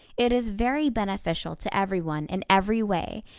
it is very beneficial to everyone in every way,